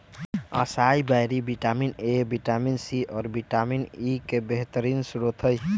acai berry vitamin A, vitamin C, और vitamin E के बेहतरीन स्त्रोत हई